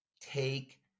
take